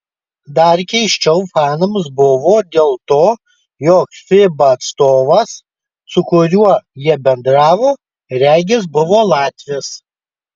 dar keisčiau fanams buvo dėl to jog fiba atstovas su kuriuo jie bendravo regis buvo latvis